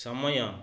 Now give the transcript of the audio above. ସମୟ